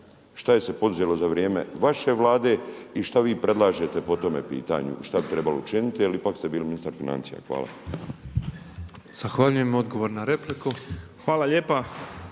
šta je se poduzelo za vrijeme vaše Vlade? I šta vi predlažete po tome pitanju šta bi trebalo učiniti jer ipak ste bili ministar financija? Hvala.